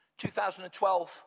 2012